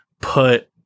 put